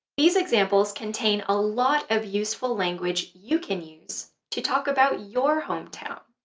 these examples contain a lot of useful language you can use to talk about your hometown.